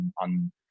on